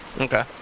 Okay